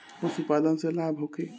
पशु पालन से लाभ होखे?